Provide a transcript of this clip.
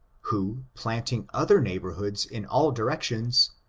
who, plsinting other neighbor hoods in all directions,